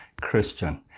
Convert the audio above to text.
Christian